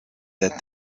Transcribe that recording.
that